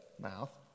mouth